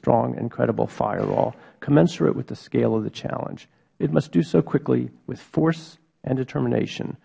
strong and credible firewall commensurate with the scale of the challenge it must do so quickly with force and determination